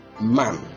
man